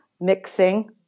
mixing